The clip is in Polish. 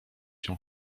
się